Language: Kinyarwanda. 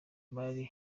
bari